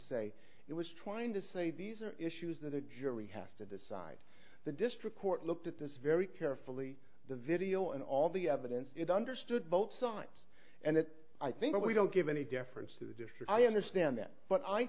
say it was trying to say these are issues that the jury has to decide the district court looked at this very carefully the video and all the evidence is understood both saw it and it i think we don't give any deference to just i understand that but i